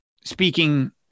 speaking